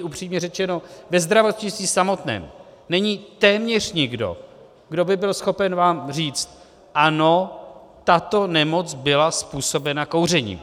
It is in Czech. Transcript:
Upřímně řečeno, ve zdravotnictví samotném není téměř nikdo, kdo by byl schopen vám říct ano, tato nemoc byla způsobena kouřením.